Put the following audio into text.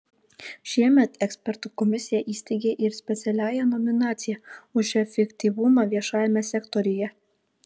šiemet ekspertų komisija įsteigė ir specialiąją nominaciją už efektyvumą viešajame sektoriuje